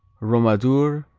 romadura,